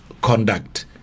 conduct